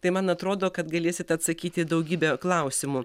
tai man atrodo kad galėsit atsakyti į daugybę klausimų